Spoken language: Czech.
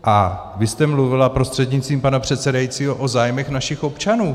A vy jste mluvila prostřednictvím pana předsedajícího o zájmech našich občanů.